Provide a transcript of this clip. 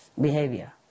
behavior